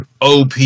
OP